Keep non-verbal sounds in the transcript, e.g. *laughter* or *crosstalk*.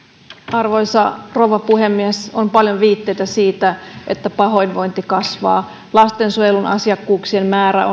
arvoisa rouva puhemies on paljon viitteitä siitä että pahoinvointi kasvaa lastensuojelun asiakkuuksien määrä *unintelligible*